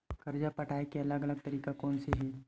कर्जा पटाये के अलग अलग तरीका कोन कोन से हे?